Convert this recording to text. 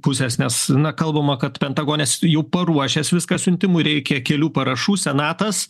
pusės nes na kalbama kad pentagones jau paruošęs viską siuntimui reikia kelių parašų senatas